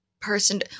person